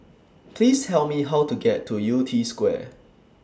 Please Tell Me How to get to Yew Tee Square